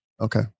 Okay